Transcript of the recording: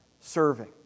serving